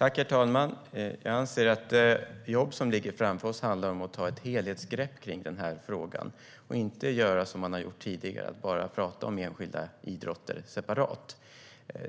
Herr talman! Jag anser att det jobb som ligger framför oss handlar om att ta ett helhetsgrepp kring den här frågan och inte göra som man har gjort tidigare och bara prata om enskilda idrotter separat.